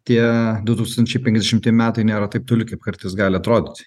tie du tūkstančiai penkiasdešimti metai nėra taip toli kaip kartais gali atrodyt